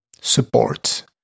support